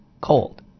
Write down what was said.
cold